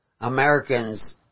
Americans